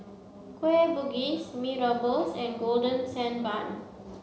Kueh Bugis Mee Rebus and Golden Sand Bun